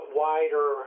wider